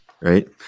right